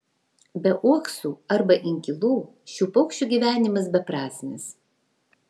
be uoksų arba inkilų šių paukščių gyvenimas beprasmis